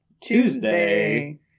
Tuesday